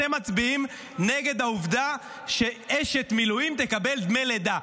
אתם מצביעים נגד זה שאשת מילואים תקבל דמי לידה,